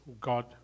God